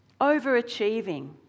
overachieving